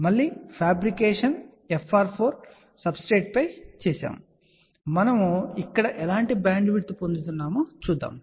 మళ్ళీ fabrication FR4 substrate పై జరిగింది మరియు మనము ఇక్కడ ఎలాంటి బ్యాండ్విడ్త్ పొందుతామో చూద్దాం